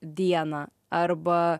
dieną arba